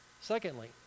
Secondly